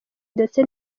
ndetse